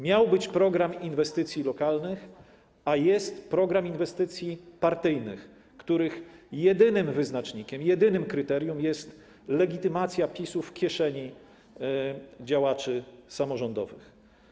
Miał być program inwestycji lokalnych, a jest program inwestycji partyjnych, których jedynym wyznacznikiem, jedynym kryterium jest legitymacja PiS-u w kieszeni działaczy samorządowych.